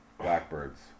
Blackbirds